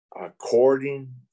according